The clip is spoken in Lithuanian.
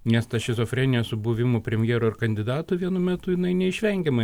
nes ta šizofrenija su buvimu premjeru ir kandidatu vienu metu jinai neišvengiamai